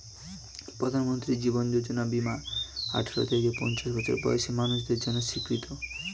প্রধানমন্ত্রী জীবন যোজনা বীমা আঠারো থেকে পঞ্চাশ বছর বয়সের মানুষদের জন্য স্বীকৃত